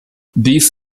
these